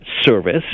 service